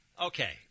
Okay